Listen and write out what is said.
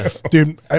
Dude